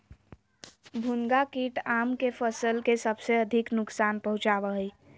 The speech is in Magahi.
भुनगा कीट आम के फसल के सबसे अधिक नुकसान पहुंचावा हइ